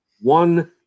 one